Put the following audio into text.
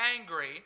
angry